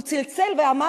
הוא צלצל ואמר,